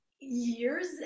years